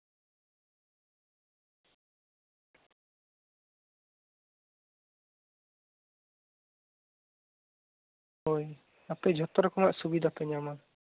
ᱦᱳᱭ ᱟᱯᱮ ᱡᱷᱚᱛᱚ ᱨᱚᱠᱚᱢᱟᱜ ᱥᱩᱵᱤᱫᱟ ᱯᱮ ᱧᱟᱢᱟ